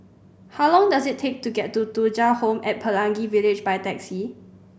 how long does it take to get to Thuja Home at Pelangi Village by taxi